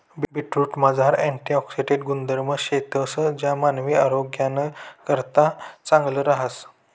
बीटरूटमझार अँटिऑक्सिडेंट गुणधर्म शेतंस ज्या मानवी आरोग्यनाकरता चांगलं रहास